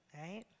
right